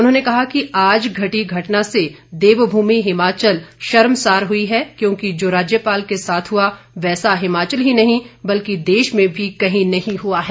उन्होंने कहा कि आज घटी घटना से देवभूमि हिमाचल शर्मसार हुई है क्योंकि जो राज्यपाल के साथ हुआ वैसा हिमाचल ही नहीं बल्कि देश में भी कहीं नहीं हुआ है